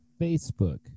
Facebook